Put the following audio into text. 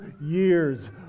years